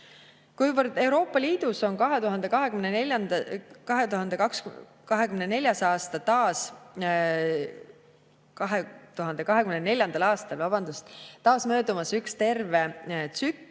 Kuivõrd Euroopa Liidus on 2024. aastal taas möödumas üks terve tsükkel,